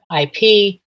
IP